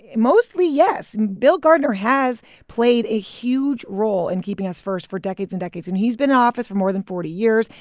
mostly, yes. bill gardner has played a huge role in keeping us first for decades and decades, and he's been in office for more than forty years.